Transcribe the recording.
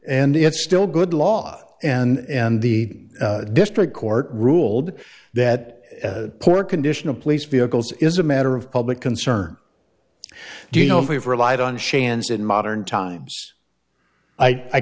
and it's still good law and the district court ruled that poor condition of police vehicles is a matter of public concern do you know if we've relied on shands in modern times i